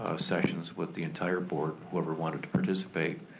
ah sessions with the entire board, whoever wanted to participate,